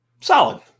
solid